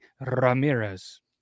Ramirez